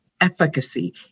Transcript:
efficacy